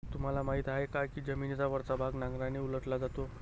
तुम्हाला माहीत आहे का की जमिनीचा वरचा भाग नांगराने उलटला जातो?